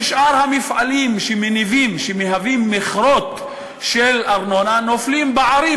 ושאר המפעלים שמהווים מכרות של ארנונה נופלים בערים,